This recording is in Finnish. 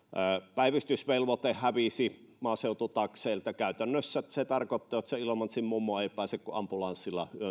päivystysvelvoite hävisi maaseututakseilta käytännössä se tarkoittaa että se ilomantsin mummo ei pääse kuin ambulanssilla